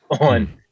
on